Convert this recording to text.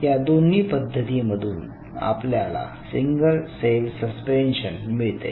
या दोन्ही पद्धतीमधून आपल्याला सिंगल सेल सस्पेन्शन मिळते